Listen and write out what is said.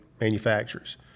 manufacturers